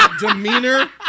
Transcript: demeanor